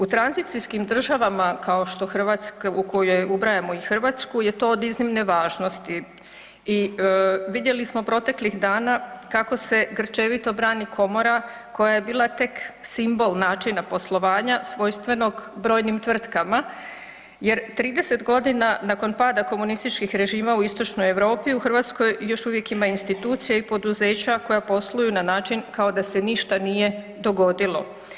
U tranzicijskim državama u koje ubrajamo i Hrvatsku je to od iznimne važnosti i vidjeli smo proteklih dana kako se grčevito brani komora koja je bila tek simbol načina poslovanja svojstvenog brojnim tvrtkama jer 30 g. nakon pada komunističkih režima u istočnoj Europi, u Hrvatskoj još uvijek ima institucija i poduzeća koja posluju na način kao da se ništa nije dogodilo.